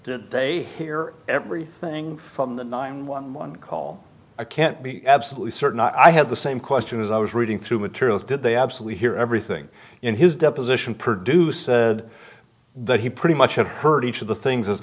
did they hear everything from the nine one one call i can't be absolutely certain i had the same question as i was reading through materials did they absolutely hear everything in his deposition produce that he pretty much had heard each of the things